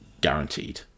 guaranteed